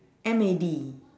M A D